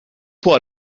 può